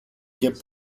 και